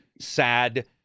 sad